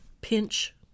Pinch